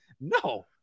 No